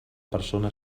persona